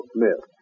Smith